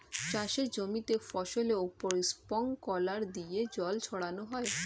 চাষের জমিতে ফসলের উপর স্প্রিংকলার দিয়ে জল ছড়ানো হয়